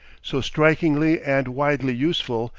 so strikingly and widely useful,